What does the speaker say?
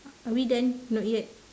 are we done not yet